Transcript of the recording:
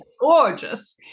gorgeous